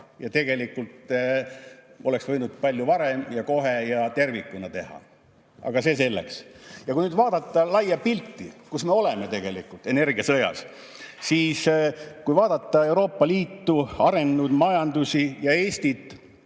Tegelikult oleks võinud seda teha palju varem ja kohe ja tervikuna. Aga see selleks. Kui vaadata laia pilti, et me oleme tegelikult energiasõjas, ning kui vaadata Euroopa Liitu, arenenud majandusi ja Eestit,